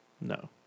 No